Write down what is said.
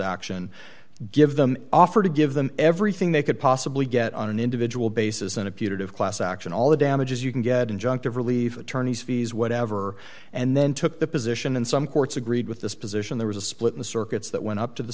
action give them offer to give them everything they could possibly get on an individual basis in a punitive class action all the damages you can get injunctive relief attorneys fees whatever and then took the position and some courts agreed with this position there was a split in the circuits that went up to the